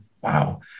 wow